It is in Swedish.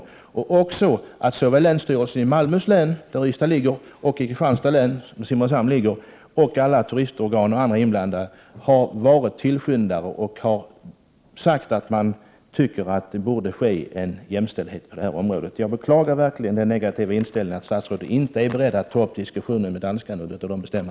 Statsrådet borde också vara medveten om att länsstyrelserna i Malmöhus län, där Ystad ligger, och i Kristianstads län, där Simrishamn ligger, alla turistorgan och andra inblandade har varit tillskyndare och sagt att man tycker att det borde ske en jämställdhet på detta område. Jag beklagar verkligen den negativa inställningen och att statsrådet inte är beredd att ta upp diskussionen med danskarna, utan låter dem bestämma.